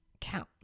count